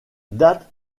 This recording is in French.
datent